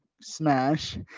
Smash